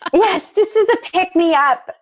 yes just as a pick me up.